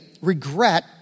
regret